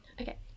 Okay